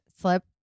slip